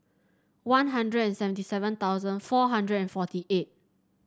One Hundred and seventy seven thousand four hundred and forty eight